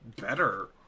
better